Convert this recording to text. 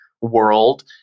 world